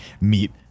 Meet